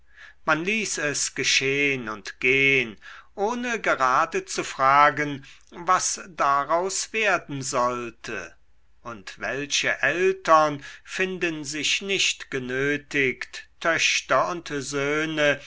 man ließ es geschehn und gehn ohne gerade zu fragen was daraus werden sollte und welche eltern finden sich nicht genötigt töchter und söhne